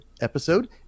episode